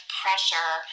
pressure